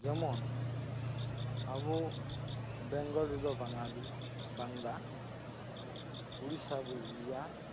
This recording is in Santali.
ᱡᱮᱢᱚᱱ ᱟᱵᱳ ᱵᱮᱝᱜᱚᱞ ᱨᱮᱫᱚ ᱵᱟᱝᱜᱟᱞᱤ ᱵᱟᱝᱞᱟ ᱩᱲᱤᱥᱥᱟ ᱨᱮᱫᱚ ᱩᱲᱤᱭᱟ